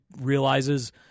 realizes